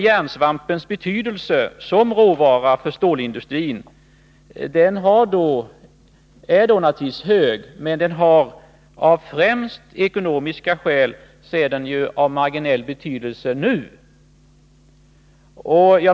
Järnsvampens betydelse som råvara för stålindustrin är naturligtvis stor, men av främst ekonomiska skäl är den marginell just nu.